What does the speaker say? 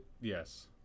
yes